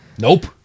Nope